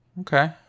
Okay